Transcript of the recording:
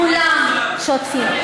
כולם שותפים.